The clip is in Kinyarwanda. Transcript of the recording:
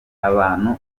abantu